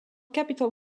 capitol